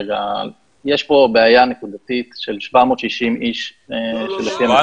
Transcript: יש פה בעיה נקודתית של 760 איש --- לא,